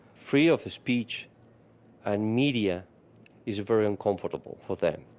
free of speech and media is very uncomfortable for them.